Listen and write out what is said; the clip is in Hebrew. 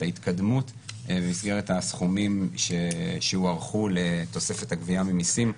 ההתקדמות במסגרת הסכומים שהוערכו לתוספת הגביה ממיסים.